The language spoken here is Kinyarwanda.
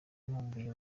nkumbuye